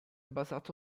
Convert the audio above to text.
basato